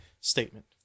statement